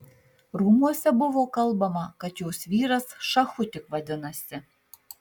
rūmuose buvo kalbama kad jos vyras šachu tik vadinasi